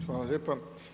Hvala lijepo.